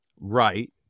right